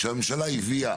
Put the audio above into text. כשהממשלה הביאה